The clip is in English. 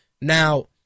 now